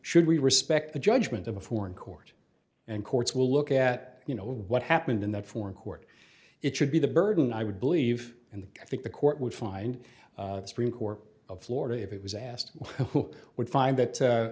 should we respect the judgment of a foreign court and courts will look at you know what happened in that foreign court it should be the burden i would believe and i think the court would find stream core of florida if it was asked who would find that